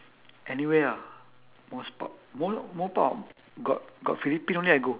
anywhere ah most pub more more pub got got philippine only I go